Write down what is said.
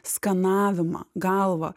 skanavimą galvą